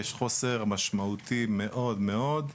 יש חוסר משמעותי מאוד מאוד.